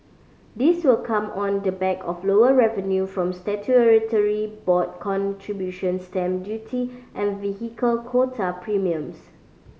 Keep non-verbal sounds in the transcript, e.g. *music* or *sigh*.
this will come on the back of lower revenue from *unintelligible* board contributions stamp duty and vehicle quota premiums